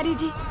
deed?